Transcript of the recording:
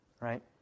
Right